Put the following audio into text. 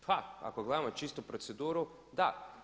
Pa ako gledamo čistu proceduru da.